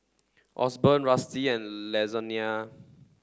Osborne Rusty and Lasonya